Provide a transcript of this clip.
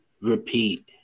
repeat